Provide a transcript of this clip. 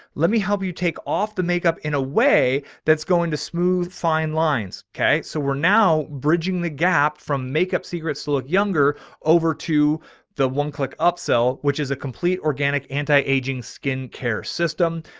let me help you take off the makeup in a way that's going to smooth, fine lines. okay. so we're now bridging the gap from makeup secrets. look younger over to the one click upsell, which is a complete organic anti-aging skincare system.